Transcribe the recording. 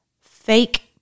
fake